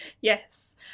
yes